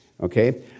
okay